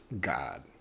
God